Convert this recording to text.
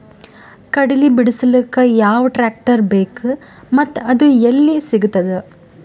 ಕಡಲಿ ಬಿಡಿಸಲಕ ಯಾವ ಟ್ರಾಕ್ಟರ್ ಬೇಕ ಮತ್ತ ಅದು ಯಲ್ಲಿ ಸಿಗತದ?